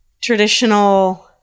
traditional